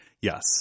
yes